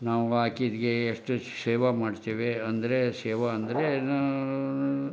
ನಾವು ಹಾಕಿದ್ಕೆ ಎಷ್ಟು ಸೇವಾ ಮಾಡ್ತೀವಿ ಅಂದರೆ ಸೇವಾ ಅಂದರೆ ನಾನು